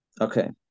Okay